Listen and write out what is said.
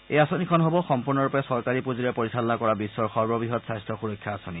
এই আঁচনিখন হ'ব সম্পূৰ্ণৰূপে চৰকাৰী পুঁজিৰে পৰিচালনা কৰা বিশ্বৰ সৰ্ববৃহৎ স্বাস্থ্য সুৰক্ষা আঁচনি